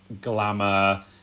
glamour